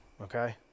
Okay